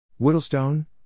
Whittlestone